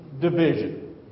Division